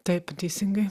taip teisingai